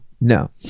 no